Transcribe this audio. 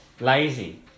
Lazy